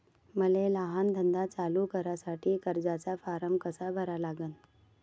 मले लहान धंदा चालू करासाठी कर्जाचा फारम कसा भरा लागन?